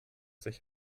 sich